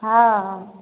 हाँ